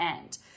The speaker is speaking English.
end